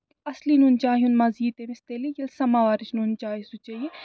اَصلی نُن چاے ہُنٛد مَزٕ یی تٔمِس تیٚلہِ سَماوارٕچ نُن چاے چیٚیہِ